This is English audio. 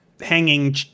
hanging